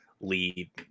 lead